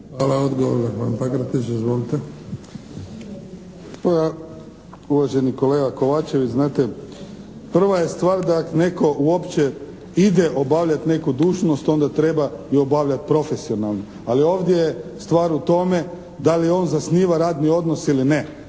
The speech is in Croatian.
… /Govornik se ne razumije./ … Uvaženi kolega Kovačević znate prva je stvar da ako netko uopće ide obavljati neku dužnost onda treba ju obavljati profesionalno. Ali ovdje je stvar u tome da li on zasniva radni odnos ili ne.